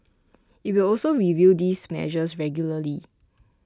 it will also review these measures regularly